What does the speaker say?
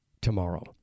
tomorrow